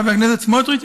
חבר הכנסת סמוטריץ,